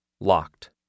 locked